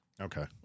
Okay